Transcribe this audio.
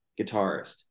guitarist